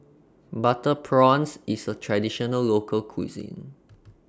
Butter Prawns IS A Traditional Local Cuisine